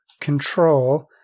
Control